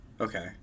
Okay